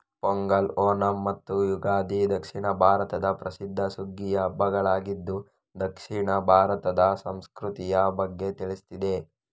ಪೊಂಗಲ್, ಓಣಂ ಮತ್ತು ಯುಗಾದಿ ದಕ್ಷಿಣ ಭಾರತದ ಪ್ರಸಿದ್ಧ ಸುಗ್ಗಿಯ ಹಬ್ಬಗಳಾಗಿದ್ದು ದಕ್ಷಿಣ ಭಾರತದ ಸಂಸ್ಕೃತಿಯ ಬಗ್ಗೆ ತಿಳಿಸ್ತದೆ